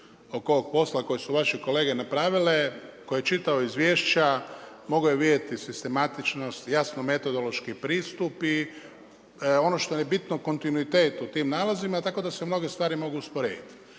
oko ovog posla koje su vaše kolege napravile, tko je čitao izvješća mogao je vidjeti sistematičnost, jasno metodološki pristupi ono što je bio kontinuitet u tim nalazim, tako da se mnoge stvari mogu usporediti.